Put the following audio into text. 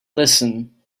listen